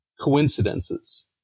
coincidences